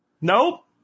Nope